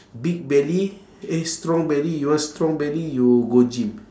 big belly eh strong belly you want strong belly you go gym